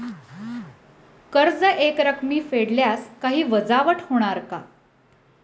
कर्ज एकरकमी फेडल्यास काही वजावट होणार का?